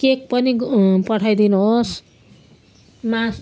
cake पनि पठाइदिनु होस् मा